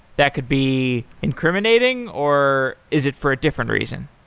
that could be incriminating, or is it for a different reason?